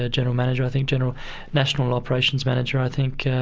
ah general manager, i think, general national operations manager, i think,